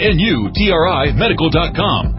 N-U-T-R-I-Medical.com